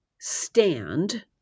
stand